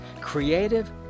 creative